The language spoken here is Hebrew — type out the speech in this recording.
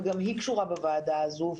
וגם היא קשורה בוועדה הזו,